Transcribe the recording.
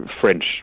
french